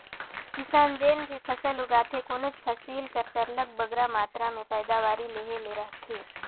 किसान जेन भी फसल उगाथे कोनोच फसिल कर सरलग बगरा मातरा में पएदावारी लेहे ले रहथे